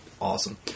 awesome